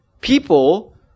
people